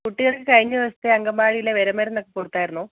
കുട്ടികൾക്ക് കഴിഞ്ഞ ദിവസത്തെ അംഗനവാടീലെ വെര മരുന്നൊക്കെ കൊടുത്തായിരുന്നോ